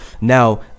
now